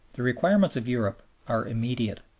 the requirements of europe are immediate.